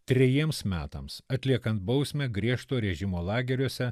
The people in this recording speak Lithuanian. trejiems metams atliekant bausmę griežto režimo lageriuose